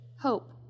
hope